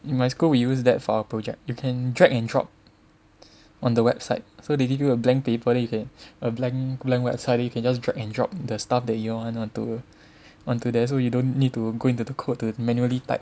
in my school we use that for our project you can drag and drop on the website so they give you a blank paper then you can a blank blank website then you can just drag and drop the stuff that you want onto onto there so you don't need to go into the code to manually type